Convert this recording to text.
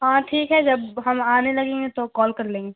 ہاں ٹھیک ہے جب ہم آنے لگیں گے تو کال کر لیں گے